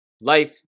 life